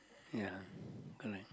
ya correct